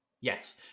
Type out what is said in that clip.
yes